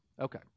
Okay